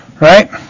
right